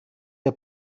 der